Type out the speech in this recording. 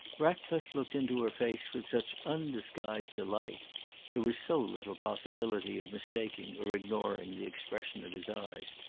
ratcliffe looked into her face with such undisguised delight there was so little possibility of mistaking or ignoring the expression of his eyes,